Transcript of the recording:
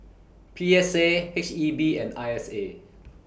P S A H E B and I S A